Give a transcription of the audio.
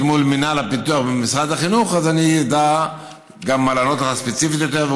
מול מינהל הפיתוח במשרד החינוך אז אני אדע גם לענות לך ספציפית יותר,